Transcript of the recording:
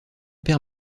père